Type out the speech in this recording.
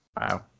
Wow